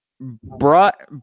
brought